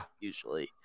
usually